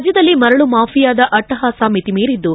ರಾಜ್ಞದಲ್ಲಿ ಮರಳು ಮಾಫಿಯಾದ ಅಟ್ಟಹಾಸ ಮಿತಿಮೀರಿದ್ದು